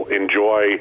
enjoy